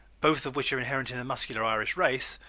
both of which are inherent in the muscular irish race,